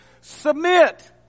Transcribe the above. submit